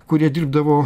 kurie dirbdavo